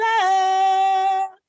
love